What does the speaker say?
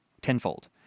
tenfold